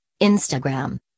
Instagram